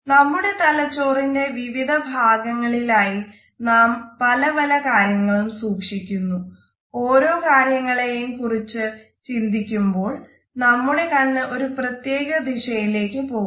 നമ്മുടെ തലച്ചോറിന്റെ വിവിധ ഭാഗങ്ങളിലായി നാം പല പല കാര്യങ്ങളും സൂക്ഷിക്കുന്നു ഓരോ കാര്യങ്ങളെയും കുറിച്ച് ചിന്തിക്കുമ്പോൾ നമ്മുടെ കണ്ണ് ഒരു പ്രത്യേക ദിശയിലേക്ക് പോകുന്നു